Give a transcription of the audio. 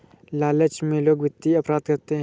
लालच में लोग वित्तीय अपराध करते हैं